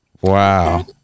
Wow